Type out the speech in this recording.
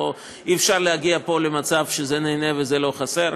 אי-אפשר להגיע פה למצב של זה נהנה וזה לא חסר,